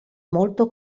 molto